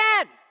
again